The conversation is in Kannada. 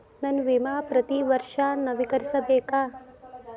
ನನ್ನ ವಿಮಾ ಪ್ರತಿ ವರ್ಷಾ ನವೇಕರಿಸಬೇಕಾ?